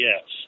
yes